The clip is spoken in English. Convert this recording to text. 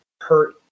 hurt